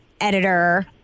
editor